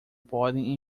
podem